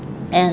and